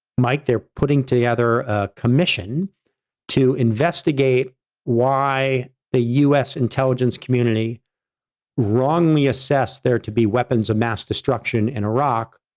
mike, they're putting together a commission to investigate why the us intelligence community wrongly assessed there to be weapons of mass destruction in iraq,